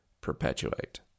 perpetuate